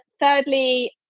thirdly